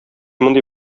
мондый